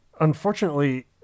unfortunately